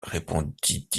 répondit